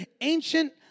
ancient